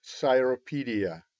Cyropedia